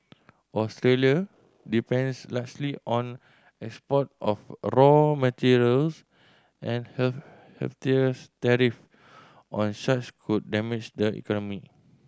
Australia depends largely on export of a raw materials and her heftier tariff on such could damage the economy